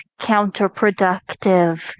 counterproductive